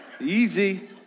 Easy